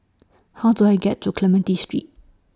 How Do I get to Clementi Street